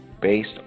based